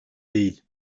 değil